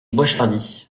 boishardy